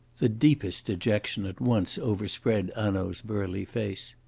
the deepest dejection at once overspread hanaud's burly face.